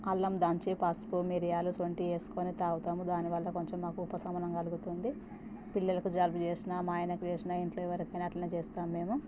అల్లం దంచి పసుపు మిరియాలు శొంఠి వేసుకొని తాగుతాము దాని వల్ల కొంచెం మాకు ఉపశమనం కలుగుతుంది పిల్లలకు జలుబు చేసినా మా ఆయనకి చేసినా ఇంట్లో ఎవరికైనా అలానే చేస్తాము మేము